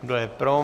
Kdo je pro?